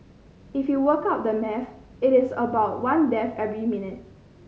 if you work out the maths it is about one death every minute